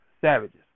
savages